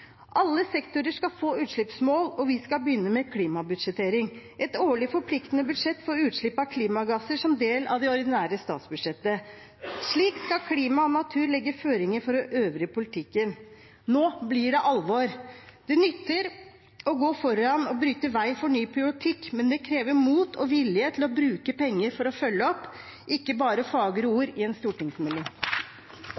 Alle sektorer skal få utslippsmål, og vi skal begynne med klimabudsjettering, et årlig, forpliktende budsjett for utslipp av klimagasser, som del av det ordinære statsbudsjettet. Slik skal klima og natur legge føringer for den øvrige politikken. Nå blir det alvor. Det nytter å gå foran og bane vei for ny politikk, men det krever mot og vilje til å bruke penger for å følge opp, ikke bare